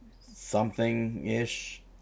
something-ish